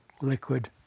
liquid